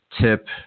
tip